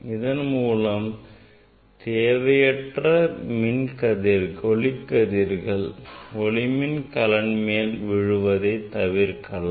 இதன் மூலம் தேவையற்ற ஒளிக்கதிர்கள் ஒளிமின் கலன் மேல் விழுவதை தவிர்க்கலாம்